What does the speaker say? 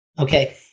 Okay